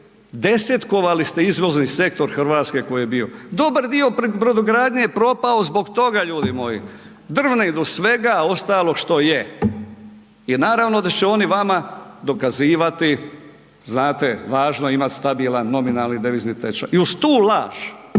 desetkovali ste izvozni sektor Hrvatske koji je bio. Dobar dio brodogradnje je propao zbog toga ljudi moja, drvna, svega ostalo što je, jer naravno da će oni vama dokazivati znate važno je imati stabilan nominalan devizni tečaj. I uz tu laž